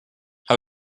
how